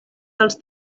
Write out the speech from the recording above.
dels